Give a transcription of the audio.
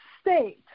state